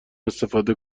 استفاده